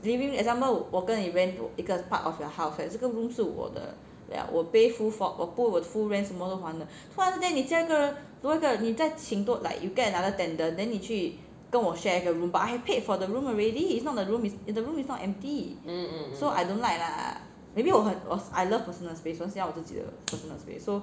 giving example 我跟你 rent 一个 part of your house right 这个 room 是我的 ya 我 pay full for 我 put 我 full rent 什么都还了突然间你叫一个人多一个你再请多 like you get another tenant then 你去跟我 share 一个 room but I have paid for the room already it's not the room the room is not empty so I don't like lah maybe 我很 I love personal space 我喜欢我自己的 personal space so